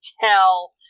tell